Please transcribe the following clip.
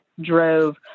drove